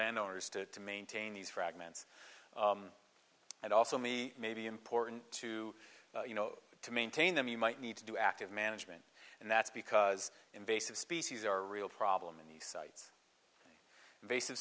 landowners to maintain these fragments and also me maybe important to you know to maintain them you might need to do active management and that's because invasive species are real problem in the sites invasive